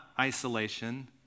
isolation